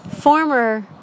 former